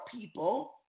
people